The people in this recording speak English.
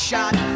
shot